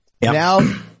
Now